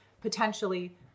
potentially